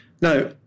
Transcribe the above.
Now